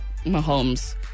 Mahomes